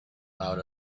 out